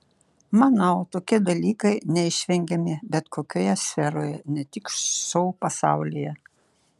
manau tokie dalykai neišvengiami bet kokioje sferoje ne tik šou pasaulyje